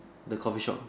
the coffee shop